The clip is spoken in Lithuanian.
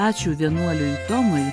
ačiū vienuoliui tomui